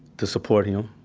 to support him.